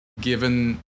given